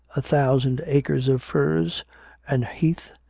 a thousand acres of furze and heath,